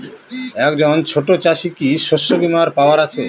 একজন ছোট চাষি কি শস্যবিমার পাওয়ার আছে?